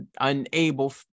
unable